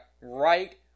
right